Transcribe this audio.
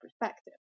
perspective